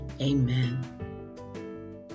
amen